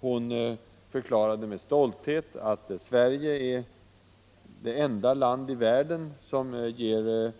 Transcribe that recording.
Hon förklarade med stolthet att Sverige är det enda land i världen som ger